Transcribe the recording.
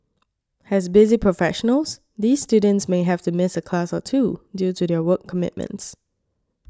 as busy professionals these students may have to miss a class or two due to their work commitments